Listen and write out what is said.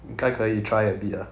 应该可以 try a bit ah